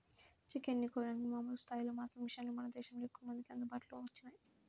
chicken ని కోయడానికి మామూలు స్థాయిలో మాత్రమే మిషన్లు మన దేశంలో ఎక్కువమందికి అందుబాటులోకి వచ్చినియ్యి